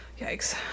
Yikes